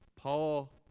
Paul